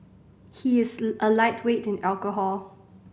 he is a lightweight in alcohol